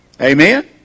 Amen